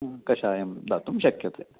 कषायं दातुं शक्यते